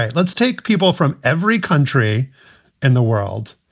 and let's take people from every country in the world,